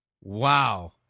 Wow